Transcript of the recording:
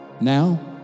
now